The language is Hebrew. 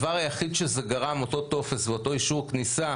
הדבר היחיד שזה גרם, אותו טופס ואותו אישור כניסה,